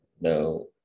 no